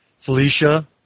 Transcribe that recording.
Felicia